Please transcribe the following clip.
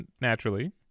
naturally